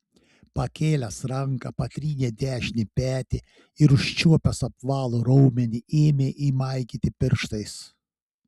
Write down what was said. pakėlęs ranką patrynė dešinį petį ir užčiuopęs apvalų raumenį ėmė jį maigyti pirštais